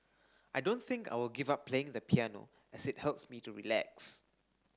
I don't think I will give up playing the piano as it helps me to relax